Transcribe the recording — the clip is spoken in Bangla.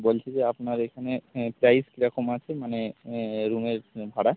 বলছি যে আপনার এখানে প্রাইস কীরকম আছে মানে রুমের ভাড়া